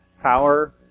power